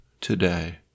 today